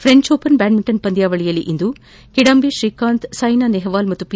French Open badminton ಪಂದ್ಯಾವಳಿಯಲ್ಲಿಂದು ಕಿಡಂಬಿ ಶ್ರೀಕಾಂತ್ ಸೈನಾ ನೆಹ್ವಾಲ್ ಮತ್ತು P